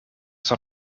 zat